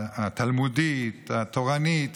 התלמודית, התורנית